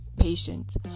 patient